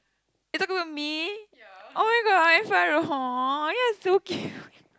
are you talking about me oh-my-god Fairu !aww! you are so cute